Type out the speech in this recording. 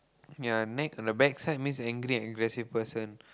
ya neck on the backside means angry and aggressive person